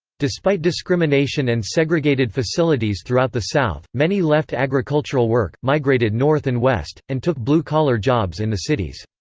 despite discrimination and segregated facilities throughout the south, many left agricultural work, migrated north and west, and took blue-collar jobs in the cities.